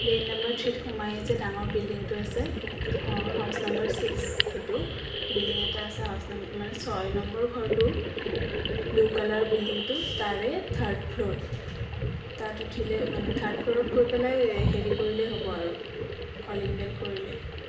লেন number থ্ৰিত সোমাইয়েই যে ডাঙৰ বিল্ডিংটো আছে অঁ হাউচ নাম্বাৰ চিক্স সেইটো বিল্ডিং এটা আছে হাউচ মানে ছয় নম্বৰ ঘৰটো ব্লু কালাৰ বিল্ডিংটো তাৰে থাৰ্ড ফ্ল'ৰ তাত উঠিলে মানে থাৰ্ড ফ্ল'ৰত গৈ পেলাই হেৰি কৰিলেই হ'ব আৰু কলিং বেল কৰিলে